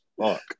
fuck